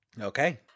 Okay